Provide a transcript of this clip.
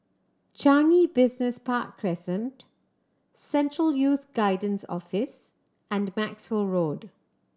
Changi Business Park Crescent Central Youth Guidance Office and Maxwell Road